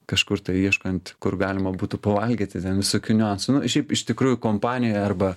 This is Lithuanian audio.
kažkur tai ieškant kur galima būtų pavalgyti ten visokių niuansų nu šiaip iš tikrųjų kompanijoj arba